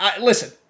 listen